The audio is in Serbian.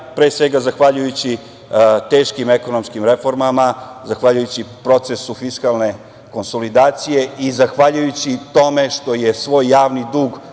pre svega, zahvaljujući teškim ekonomskim reformama, zahvaljujući procesu fiskalne konsolidacije i zahvaljujući tome što je svoj javni dug